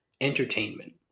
entertainment